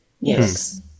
Yes